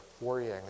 worrying